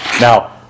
Now